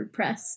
wordpress